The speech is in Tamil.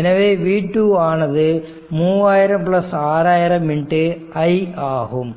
எனவே V2 ஆனது 3000 6000 i ஆகும்